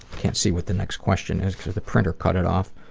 can't see what the next question is because the printer cut it off.